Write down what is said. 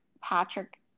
Patrick